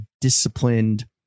disciplined